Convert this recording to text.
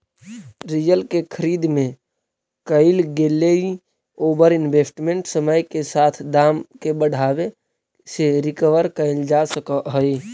real के खरीद में कईल गेलई ओवर इन्वेस्टमेंट समय के साथ दाम के बढ़ावे से रिकवर कईल जा सकऽ हई